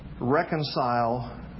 reconcile